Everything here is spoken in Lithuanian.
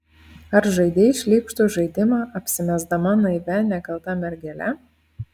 ar žaidei šlykštų žaidimą apsimesdama naivia nekalta mergele